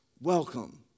Welcome